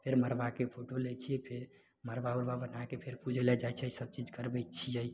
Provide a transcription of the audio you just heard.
फेर मड़बाके फोटो लै छियै फेर मड़बा उड़बा बनाके फेर पूजय लए जाइ छै सब चीज करबय छियै